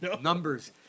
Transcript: numbers